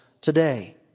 today